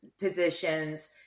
positions